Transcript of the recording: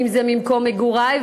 אם במקום מגורי,